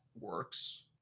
works